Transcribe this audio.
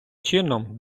чином